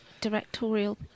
directorial